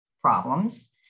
problems